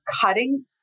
cutting